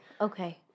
okay